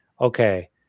okay